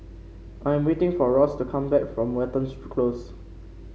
I am waiting for Ross to come back from Watten's Close